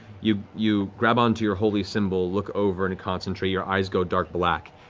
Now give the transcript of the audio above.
you you grab onto your holy symbol, look over and concentrate. your eyes go dark black,